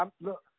look